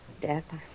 death